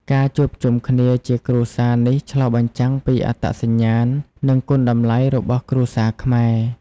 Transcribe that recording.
ការជួបជុំគ្នាជាគ្រួសារនេះឆ្លុះបញ្ចាំងពីអត្តសញ្ញាណ និងគុណតម្លៃរបស់គ្រួសារខ្មែរ។